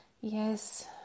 Yes